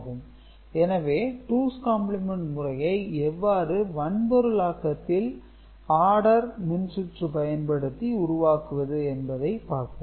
A A - B எனவே two's complement முறையை எவ்வாறு வன்பொருள் ஆக்கத்தில் ஆடர் மின்சுற்று பயன்படுத்தி உருவாக்குவது என்பதை பார்ப்போம்